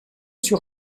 sur